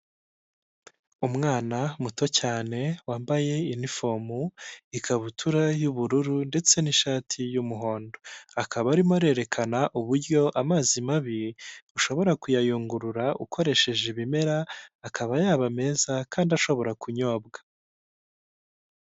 Umwana muto cyane wambaye inifomu ikabutura y'ubururu ndetse n'ishati y'umuhondo. Akaba arimo arerekana uburyo amazi mabi, ushobora kuyayungurura ukoresheje ibimera akaba yaba meza kandi ashobora kunyobwa.